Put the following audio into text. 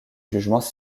jugements